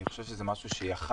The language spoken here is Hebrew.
אני חושב שזה משהו שיכול